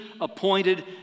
appointed